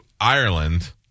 Ireland